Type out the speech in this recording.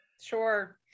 Sure